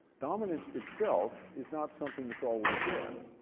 dominance itself is not something that's always there.